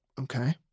okay